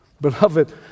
Beloved